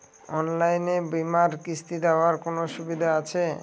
অনলাইনে বীমার কিস্তি দেওয়ার কোন সুবিধে আছে?